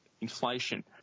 inflation